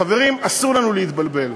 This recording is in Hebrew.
חברים, אסור לנו להתבלבל.